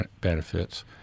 benefits